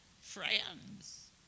friends